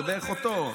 זה בערך אותו,